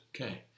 Okay